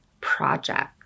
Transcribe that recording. project